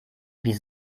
wie